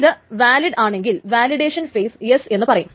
ഇത് വാലിഡ് ആണെങ്കിൽ validation phases എന്നു പറയും